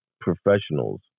professionals